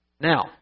Now